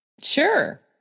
sure